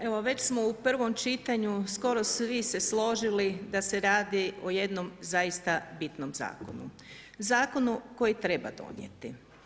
Evo već smo u prvom čitanju skoro svi se složili da se radi o jednom zaista bitnom zakonu, zakonu koji treba donijeti.